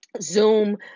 Zoom